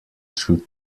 through